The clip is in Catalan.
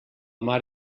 mar